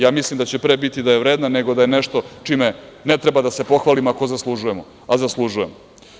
Ja mislim da će pre biti da je vredna nego da je nešto čime ne treba da se pohvalimo ako zaslužujemo, a zaslužujemo.